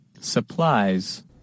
Supplies